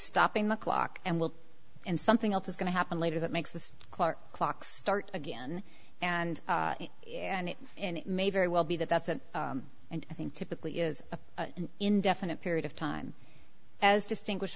stopping the clock and will and something else is going to happen later that makes the clarke clock start again and and it and it may very well be that that's it and i think typically is an indefinite period of time as distinguish